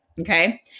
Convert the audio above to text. Okay